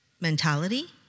mentality